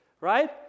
right